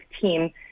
team